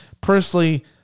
personally